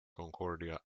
concordia